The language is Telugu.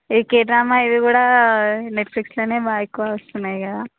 ఈ కే డ్రామా ఇవి కూడా నెట్ఫ్లిక్స్లో బాగా ఎక్కువ వస్తున్నాయి కదా